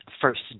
first